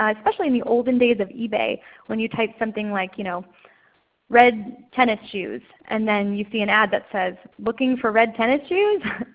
ah especially in the olden days of ebay when you type something like, you know red tennis shoes. and then you see an ad that says, looking for red tennis shoes?